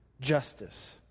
justice